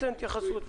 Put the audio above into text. תרחיב.